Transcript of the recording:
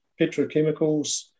petrochemicals